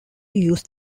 use